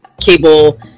cable